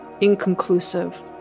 inconclusive